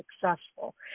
successful